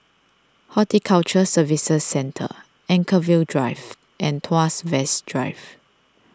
Horticulture Services Centre Anchorvale Drive and Tuas West Drive